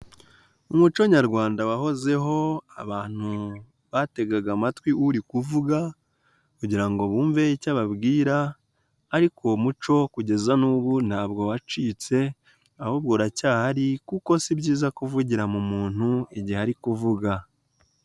Umuco Nyarwanda wahozeho abantu bategaga amatwi uri kuvuga kugira ngo bumve icyo ababwira ariko umuco kugeza n'ubu ntabwo wacitse ahubwo uracyahari kuko si byiza kuvugira mu muntu igihe ari kuvuga.